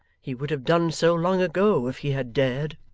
he would have done so, long ago, if he had dared